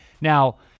Now